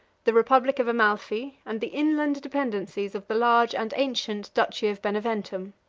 the republic of amalphi, and the inland dependencies of the large and ancient duchy of beneventum.